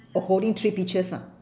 oh holding three peaches ah